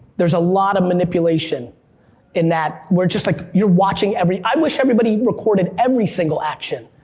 there's a lot of manipulation in that, we're just, like you're watching every i wish everybody recorded every single action,